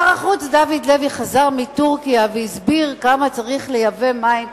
שר החוץ דוד לוי חזר מטורקיה והסביר שצריך לייבא מים,